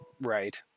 right